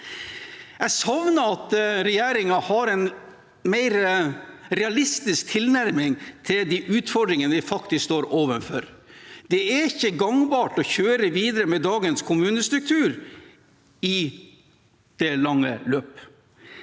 Jeg savner at regjeringen har en mer realistisk tilnærming til de utfordringene vi faktisk står overfor. Det er ikke gangbart å kjøre videre med dagens kommunestruktur i det lange løp.